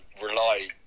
rely